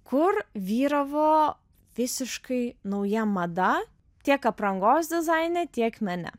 kur vyravo visiškai nauja mada tiek aprangos dizaine tiek mene